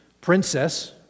princess